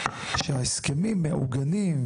שההסכמים מעוגנים,